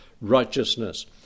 righteousness